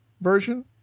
version